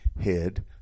head